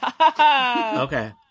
Okay